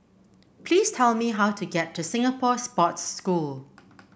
please tell me how to get to Singapore Sports School